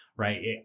Right